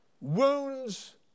wounds